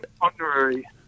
honorary